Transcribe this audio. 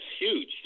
huge